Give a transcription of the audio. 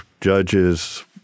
judges